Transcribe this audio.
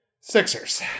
Sixers